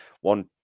one